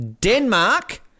Denmark